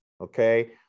Okay